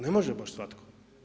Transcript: Ne može baš svatko.